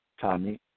Tommy